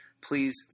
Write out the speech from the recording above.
please